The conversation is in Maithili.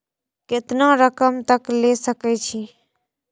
केतना रकम तक ले सके छै?